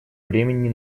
времени